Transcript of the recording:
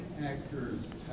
actors